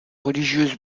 religieuse